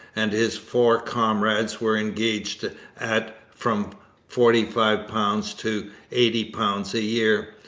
and his four comrades were engaged at from forty five pounds to eighty pounds a year.